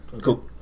cool